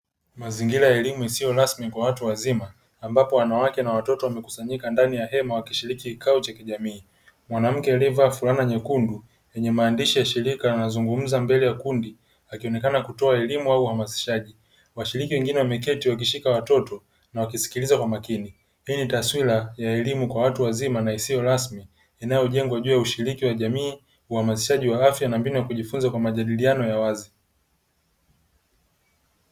Mazingira ya elimu isiyo rasmi kwa watu wazima ambapo na wanawake na watoto wamekusanyika ndani ya hema wakishiriki kikao cha kijamii, mwanamke aliyevaa fulana nyekundu yenye maandishi ya shirika anazungumza mbele ya kundi akionekana kutoa elimu au uhamasishaji, washiriki wengine wameketi wakishika watoto na wakisikiliza kwa makini, hii ni taswira ya elimu kwa watu wazima na isiyo rasmi inayojengwa juu ya ushiriki wa jamii, uhamasishaji wa afya na mbinu ya kujifunza kwa majadiliano ya wazi.